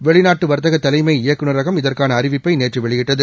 வெளிநாட்டுவர்த்தகதலைமை இயக்குநரகம் இதற்கானஅறிவிப்பைநேற்றுவெளியிட்டது